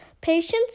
Patience